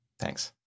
Thanks